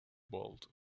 bold